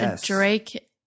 Drake